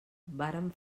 vàrem